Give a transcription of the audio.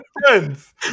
friends